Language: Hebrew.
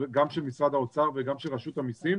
גם של משרד האוצר וגם של רשות המסים,